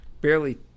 Barely